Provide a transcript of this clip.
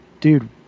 Dude